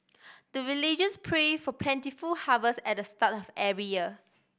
the villagers pray for plentiful harvest at the start of every year